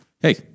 hey